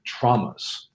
traumas